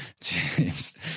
James